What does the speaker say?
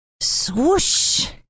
Swoosh